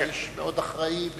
אתה איש מאוד אחראי,